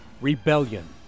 Rebellion